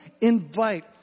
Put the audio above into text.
invite